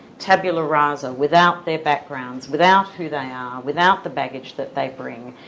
tabula rasa, without their backgrounds, without who they are, without the baggage that they bring.